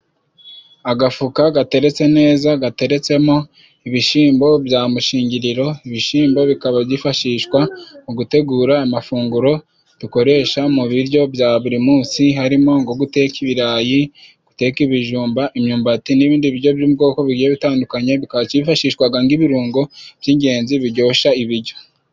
Agafuka gateretse neza gateretsemo ibishimbo bya mushingiriro . Ibishimbo bikaba byifashishwa mu gutegura amafunguro dukoresha mu biryo bya buri munsi harimo ngo guteka ibirayi, guteka ibijumba ,imyumbati n'ibindi biryo byo mu bwoko bugiye butandukanye bikaba byifashishwaga ng'ibirungo by'ingenzi biryoshya ibiryo.